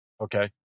okay